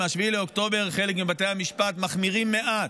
מ-7 באוקטובר חלק מבתי המשפט מחמירים מעט,